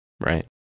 Right